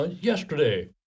yesterday